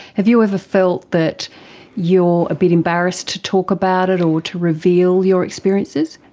have you ever felt that you're a bit embarrassed to talk about it, or to reveal your experiences?